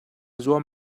zuam